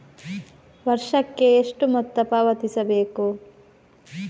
ವರ್ಷಕ್ಕೆ ಎಷ್ಟು ಮೊತ್ತ ಪಾವತಿಸಬೇಕು?